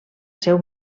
seu